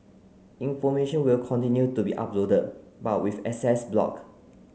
information will continue to be uploaded but with access block